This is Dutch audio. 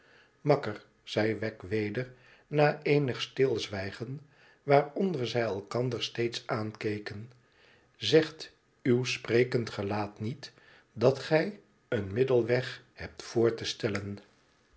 makker zei wegg weder na eenig stilzwijgen waaronder zij elkander steeds aankeken zegt uw sprekend gelaat niet dat gij een middelweg hebt voor te stellen